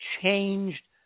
changed